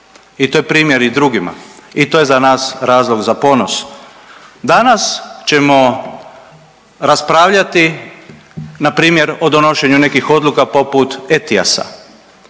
I to je primjer i drugima i to je za nas razlog za ponos. Danas ćemo raspravljati na primjer o donošenju nekih odluka poput ETIAS-a,